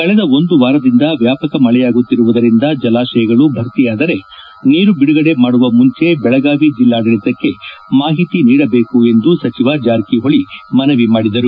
ಕಳೆದ ಒಂದು ವಾರದಿಂದ ವ್ಯಾಪಕ ಮಳೆಯಾಗುತ್ತಿರುವುದರಿಂದ ಜಲಾಶಯಗಳು ಭರ್ತಿಯಾದರೆ ನೀರು ಬಿಡುಗಡೆ ಮಾಡುವ ಮುಂಚೆ ಬೆಳಗಾವಿ ಜಿಲ್ಲಾಡಳಿತಕ್ಕೆ ಮಾಹಿತಿ ನೀಡಬೇಕು ಎಂದು ಸಚಿವ ಜಾರಕಿಹೊಳಿ ಮನವಿ ಮಾಡಿದರು